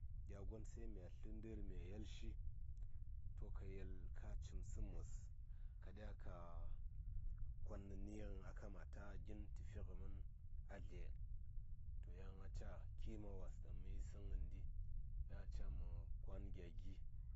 gya gon se mya tlə ndər mya yel shi ka yel ka cim səm wos ka ɗya ka kon gin nəni in a kamata tə fi ngə mən a dliye to yan a ca kima wos ɗaŋ mə yisəŋ ngəndi yan a ca mə kwan gya gi.